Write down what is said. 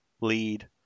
lead